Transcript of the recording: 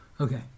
Okay